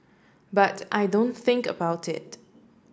but I don't think about it